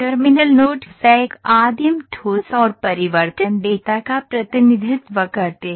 terminal nodes एक आदिम ठोस और परिवर्तन डेटा का प्रतिनिधित्व करते हैं